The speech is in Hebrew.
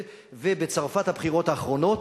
ובצרפת, בבחירות האחרונות,